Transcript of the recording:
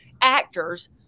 actors